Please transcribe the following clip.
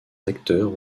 acteurs